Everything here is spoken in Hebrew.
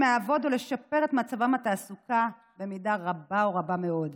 לעבוד או לשפר את מצבם בתעסוקה במידה רבה או רבה מאוד.